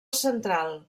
central